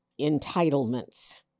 entitlements